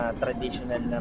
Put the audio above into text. traditional